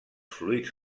fluids